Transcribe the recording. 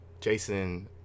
Jason